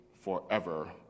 forever